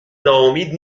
ناامید